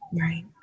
Right